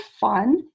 fun